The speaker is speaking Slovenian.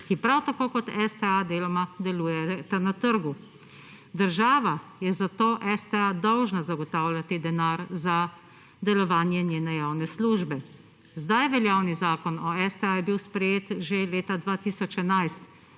ki prav tako kot STA deloma delujeta na trgu. Država je zato STA dolžna zagotavljati denar za delovanje njene javne službe. Zdaj veljavni zakon o STA je bil sprejet že leta 2011